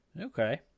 okay